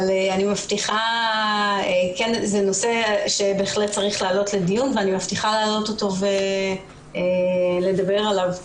זה נושא שבהחלט צריך לעלות לדיון ואני מבטיחה להעלות אותו ולדבר עליו.